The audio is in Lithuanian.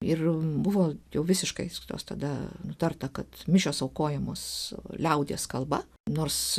ir buvo jau visiškai jis kitoks tada nutarta kad mišios aukojamos liaudies kalba nors